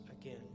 again